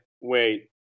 Wait